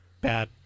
bad